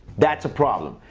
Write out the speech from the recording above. that's a problem.